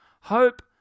Hope